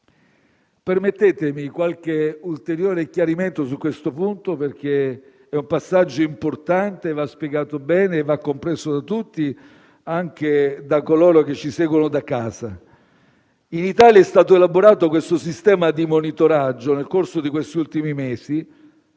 Permettetemi qualche ulteriore chiarimento su questo punto, perché è un passaggio importante che va spiegato bene e va compreso da tutti, anche da coloro che ci seguono da casa. In Italia è stato elaborato questo sistema di monitoraggio, nel corso di questi ultimi mesi,